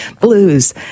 blues